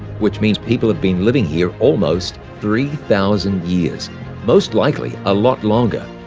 which means people have been living here almost three thousand years most likely a lot longer.